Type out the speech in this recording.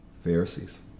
Pharisees